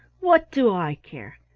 what do i care?